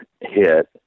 hit